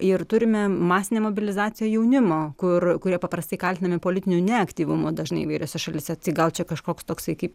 ir turime masinę mobilizaciją jaunimo kur kurie paprastai kaltinami politiniu neaktyvumu dažnai įvairiose šalyse tai gal čia kažkoks toksai kaip